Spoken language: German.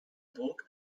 burg